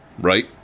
right